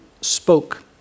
spoke